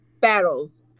battles